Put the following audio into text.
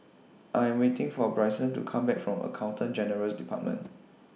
I Am waiting For Brycen to Come Back from Accountant General's department